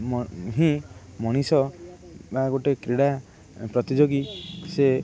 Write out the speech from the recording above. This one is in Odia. ହିଁ ମଣିଷ ବା ଗୋଟେ କ୍ରୀଡ଼ା ପ୍ରତିଯୋଗୀ ସେ